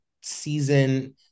season